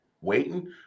waiting